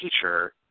teacher